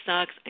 sucks